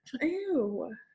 Ew